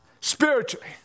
spiritually